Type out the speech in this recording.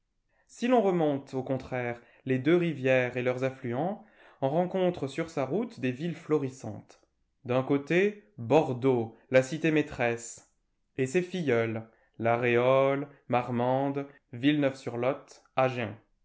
si l'on remonte au contraire les deux rivières et leurs affluents on rencontre sur sa route des villes florissantes d'un côté bordeaux la cité maîtresse et ses filleules la réole marmande villeneuve sur lot agen